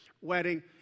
wedding